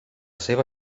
seva